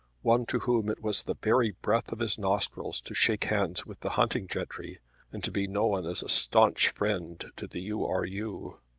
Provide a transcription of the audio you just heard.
one to whom it was the very breath of his nostrils to shake hands with the hunting gentry and to be known as a staunch friend to the u. r. u.